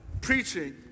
preaching